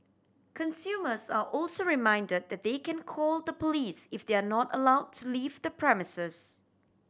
consumers are also reminded that they can call the police if they are not allow to leave the premises